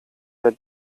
der